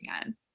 again